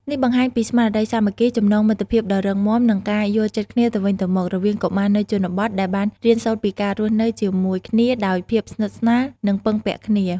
នេះបង្ហាញពីស្មារតីសាមគ្គីភាព ចំណងមិត្តភាពដ៏រឹងមាំ និងការយល់ចិត្តគ្នាទៅវិញទៅមក រវាងកុមារនៅជនបទ ដែលបានរៀនសូត្រពីការរស់នៅជាមួយគ្នាដោយភាពស្និទ្ធស្នាល និងពឹងពាក់គ្នា។